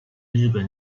日本